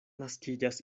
naskiĝas